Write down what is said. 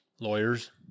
Lawyers